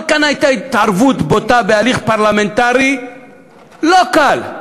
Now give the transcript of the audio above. אבל כאן הייתה התערבות בוטה בהליך פרלמנטרי לא קל.